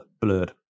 blurred